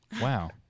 Wow